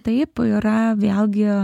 taip yra vėlgi